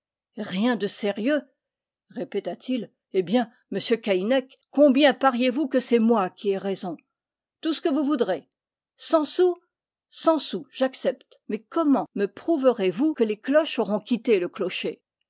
rien de sérieux répéta-t-il eh bien monsieur caïnec combien pariez vous que c'est moi qui ai raison tout ce que vous voudrez cent sous cent sous j'accepte mais comment me prouverezvous que les cloches auront quitté le clocher